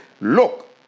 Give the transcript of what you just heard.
Look